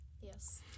Yes